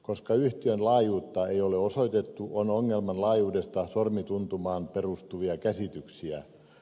koska yhtiön laajuutta ei ole osoitettu on ongelman laajuudesta sormituntumaan perustuvia käsityksiä